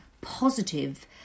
positive